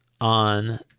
on